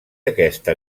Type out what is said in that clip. aquesta